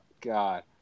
God